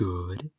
Good